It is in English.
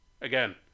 again